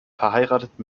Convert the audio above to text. verheiratet